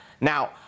Now